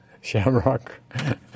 shamrock